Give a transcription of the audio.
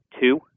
two